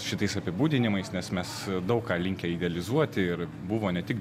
šitais apibūdinimais nes mes daug ką linkę idealizuoti ir buvo ne tik